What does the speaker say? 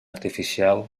artificial